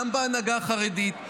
גם בהנהגה החרדית,